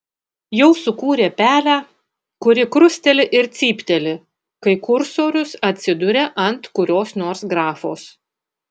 jau sukūrė pelę kuri krusteli ir cypteli kai kursorius atsiduria ant kurios nors grafos